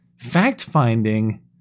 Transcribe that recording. fact-finding